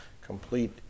complete